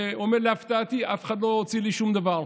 והוא אומר: להפתעתי, אף אחד לא הוציא לי שום דבר.